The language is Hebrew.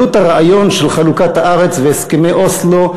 עלות הרעיון של חלוקת הארץ והסכמי אוסלו,